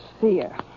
fear